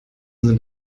sind